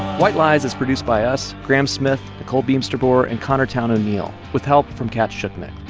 white lies is produced by us, graham smith, nicole beemsterboer and connor towne o'neill, with help from cat schuknecht.